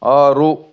ಆರು